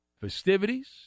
festivities